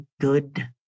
good